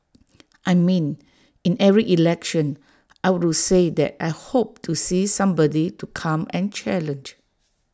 I mean in every election I would to say that I hope to see somebody to come and challenge